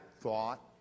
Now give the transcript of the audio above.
thought